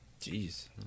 Jeez